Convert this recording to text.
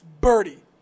Birdie